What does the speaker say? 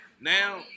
Now